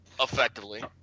effectively